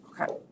Okay